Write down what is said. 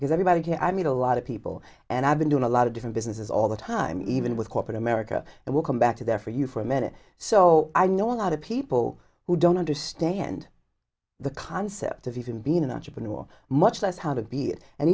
because everybody i meet a lot of people and i've been doing a lot of different businesses all the time even with corporate america and we'll come back to there for you for a minute so i know a lot of people who don't understand the concept of even being an entrepreneur much less how to be and